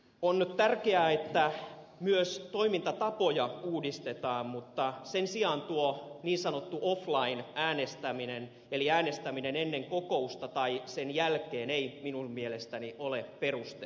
on tärkeää että myös toimintatapoja uudistetaan mutta sen sijaan tuo niin sanottu offline äänestäminen eli äänestäminen ennen kokousta tai sen jälkeen ei minun mielestäni ole perusteltua